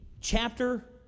chapter